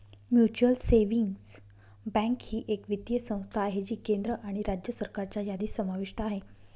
mutual savings bank ही एक वित्तीय संस्था आहे जी केंद्र आणि राज्य सरकारच्या यादीत समाविष्ट आहे